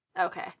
Okay